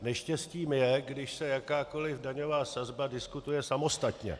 Neštěstím je, když se jakákoli daňová sazba diskutuje samostatně.